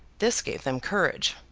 this gave them courage.